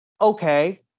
okay